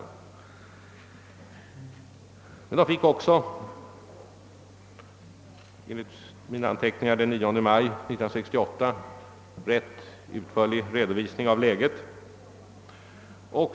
De anställda fick emellertid enligt mina anteckningar den 9 mars 1968 en ganska utförlig redovisning av läget.